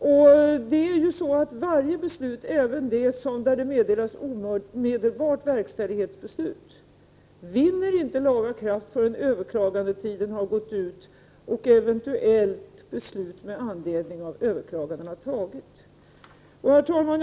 Inget beslut, inte heller sådant där omedelbar verkställighet meddelas, vinner laga kraft förrän överklagandetiden har gått ut och eventuellt beslut med anledning av överklagandena har fattats. Herr talman!